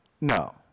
No